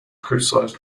criticised